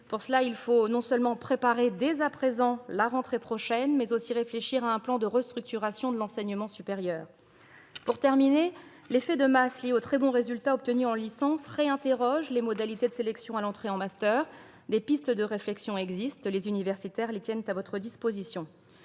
Pour cela, il faut non seulement préparer dès à présent la rentrée prochaine, mais aussi réfléchir à un plan de restructuration de l'enseignement supérieur. Pour terminer, l'effet de masse lié aux très bons résultats obtenus en licence amène à reconsidérer les modalités de sélection à l'entrée en master. Des pistes de réflexion existent. Les universitaires les tiennent à votre disposition.